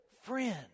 friend